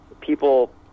people